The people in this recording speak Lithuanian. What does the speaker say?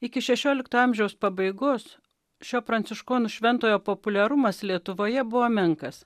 iki šešiolikto amžiaus pabaigos šio pranciškonų šventojo populiarumas lietuvoje buvo menkas